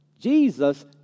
Jesus